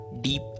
deep